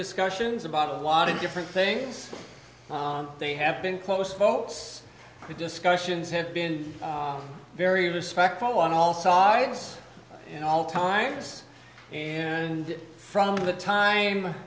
discussions about a lot of different things they have been close votes the discussions have been very respectful on all sides in all times and from the time